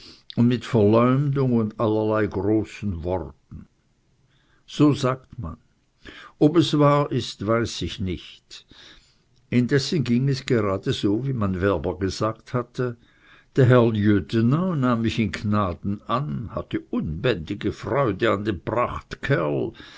und mit verleumdung und allerlei großen worten so sagt man ob es wahr ist weiß ich nicht indessen ging es gerade so wie mein werber gesagt hatte der herr lieutenant nahm mich in gnaden an hatte unbändige freude an dem prachtkerl